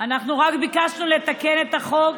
אנחנו רק ביקשנו לתקן את החוק